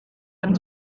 ein